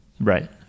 Right